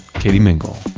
katie mingle,